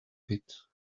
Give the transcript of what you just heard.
bit